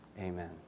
amen